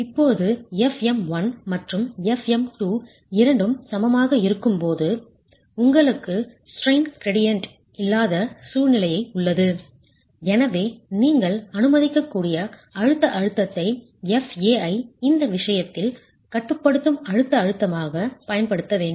இப்போது fm1 மற்றும் fm2 இரண்டும் சமமாக இருக்கும் போது உங்களுக்கு ஸ்ட்ரெய்ன் கிரேடியன்ட் இல்லாத சூழ்நிலை உள்ளது எனவே நீங்கள் அனுமதிக்கக்கூடிய அழுத்த அழுத்தத்தை Fa ஐ இந்த விஷயத்தில் கட்டுப்படுத்தும் அழுத்த அழுத்தமாகப் பயன்படுத்த வேண்டும்